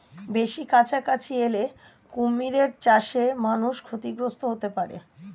বেশি কাছাকাছি এলে কুমির চাষে মানুষ ক্ষতিগ্রস্ত হতে পারে